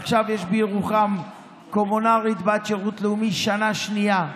עכשיו יש בירוחם קומונרית בת שירות לאומי שנה שנייה,